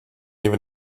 even